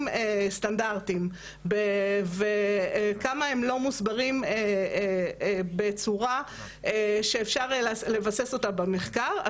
סטנדרטיים וכמה הם לא מוסברים בצורה שאפשר לבסס אותה במחקר.